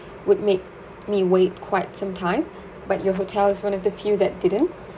would make me wait quite some time but your hotel's one of the few that didn't